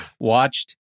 watched